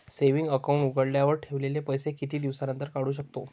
Saving account उघडल्यावर ठेवलेले पैसे किती दिवसानंतर काढू शकतो?